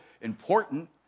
important